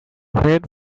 head